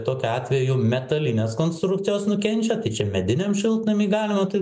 tokiu atveju metalinės konstrukcijos nukenčia tai čia mediniam šiltnamy galima tai